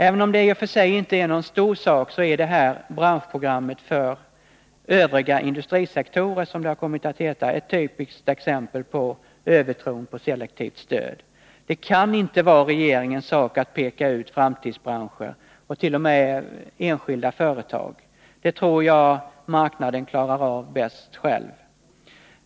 Även om det i och för sig inte är någon stor sak, är detta branschprogram för övriga industrisektorer — som det har kommit att heta — ett typiskt exempel på övertron på selektivt stöd. Det kan inte vara regeringens sak att peka ut framtidsbranscher och t.o.m. enskilda företag. Det tror jag att marknaden själv klarar bäst.